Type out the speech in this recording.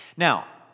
Now